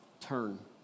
turn